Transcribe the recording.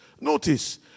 Notice